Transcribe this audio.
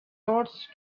not